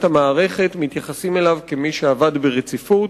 המערכת מתייחסים אליו כאל מי שעבד ברציפות,